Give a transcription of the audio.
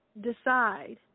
decide